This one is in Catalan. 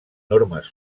normes